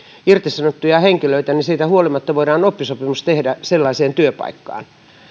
irtisanottuja henkilöitä siitä huolimatta voidaan oppisopimus tehdä sellaiseen työpaikkaan